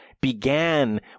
began